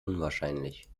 unwahrscheinlich